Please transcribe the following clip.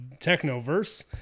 Technoverse